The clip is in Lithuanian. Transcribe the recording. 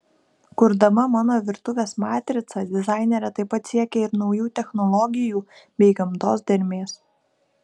kurdama mano virtuvės matricą dizainerė taip pat siekė ir naujų technologijų bei gamtos dermės